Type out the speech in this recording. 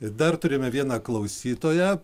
ir dar turime vieną klausytoją